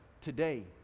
today